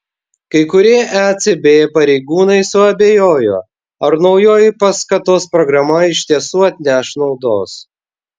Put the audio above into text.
kai kurie ecb pareigūnai suabejojo ar naujoji paskatos programa iš tiesų atneš naudos